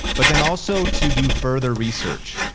but then also to do further research.